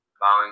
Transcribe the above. bowing